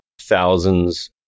thousands